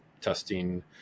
testing